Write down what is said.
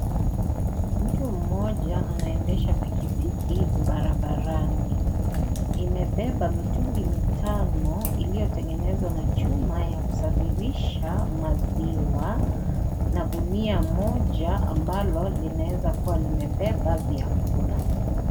Mtu mmoja, anaendesha pikipiki barabarani. Imebeba mitungi mitano iliotengenezwa na chuma ya kusafirisha maziwa na gunia moja ambalo, linaweza kuwa limebeba vyakula.